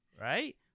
Right